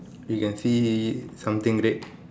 you can see something red